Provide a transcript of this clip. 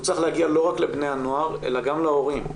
צריך להגיע לא רק לבני הנוער אלא גם להורים.